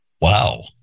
Wow